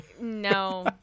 No